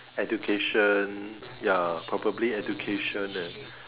education ya probably education and